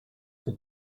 for